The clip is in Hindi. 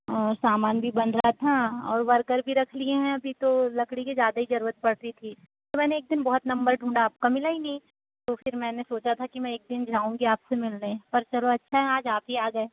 और सामान भी बन रहा था और वर्कर भी रख लिए हैं अभी तो लकड़ी की ज़्यादा ही ज़रूरत पड़ती थी तो मैंने एक दिन बहुत नंबर ढूंढा आप का मिला ही नहीं तो फिर मैंने सोचा था कि मैं एक दिन जाऊंगी आपसे मिलने पर चलो अच्छा है आज आप ही आ गए